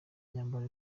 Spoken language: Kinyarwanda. imyambaro